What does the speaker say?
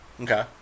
Okay